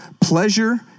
Pleasure